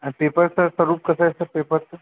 अन् पेपरचं स्वरूप कसं असतं पेपरचं